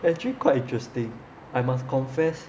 actually quite interesting I must confess